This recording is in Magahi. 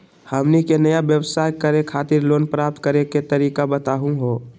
हमनी के नया व्यवसाय करै खातिर लोन प्राप्त करै के तरीका बताहु हो?